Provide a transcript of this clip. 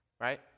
right